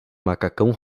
macacão